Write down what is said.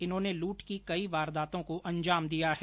इन्होंने लूट की गई वारदातों को अंजाम दिया है